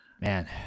Man